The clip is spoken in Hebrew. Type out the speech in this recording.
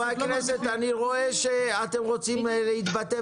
חברי הכנסת, אני רואה שאתם רוצים להתבטא,